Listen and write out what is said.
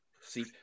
see